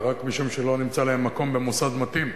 רק משום שלא נמצא להם מקום במוסד מתאים,